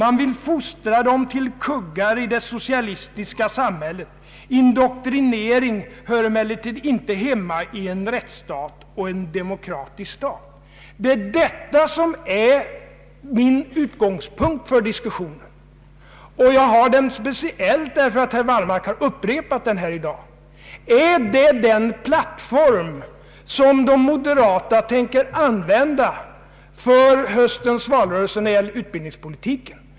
Man vill fostra dem till kuggar i det socialistiska samhället. Indoktrinering hör emellertid inte hemma i en rättsstat och en demokratisk stat.” Det är detta som är min utgångspunkt för diskussionen, speciellt därför att herr Wallmark upprepat det i dag. Är det denna plattform som de moderata tänker använda i höstens valrörelse när det gäller utbildningspolitiken?